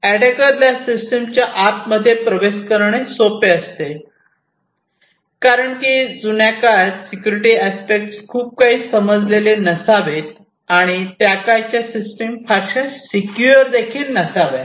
अटॅकला system च्या आत मध्ये प्रवेश करणे सोपे असते कारण की जुन्या काळात सेक्युरिटी अस्पेक्ट्स खूप काही समजलेले नसावेत आणि त्याकाळच्या सिस्टीम फारशा सिक्युअर नसाव्यात